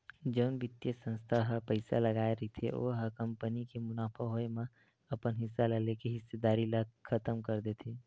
जउन बित्तीय संस्था ह पइसा लगाय रहिथे ओ ह कंपनी के मुनाफा होए म अपन हिस्सा ल लेके हिस्सेदारी ल खतम कर देथे